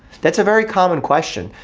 that's a very common question.